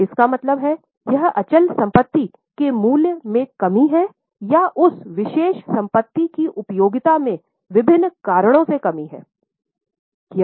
इसका मतलब है यह अचल संपत्ति के मूल्य में कमी है या उस विशेष संपत्ति की उपयोगिता मे विभिन्न कारणों से कमी है